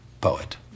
poet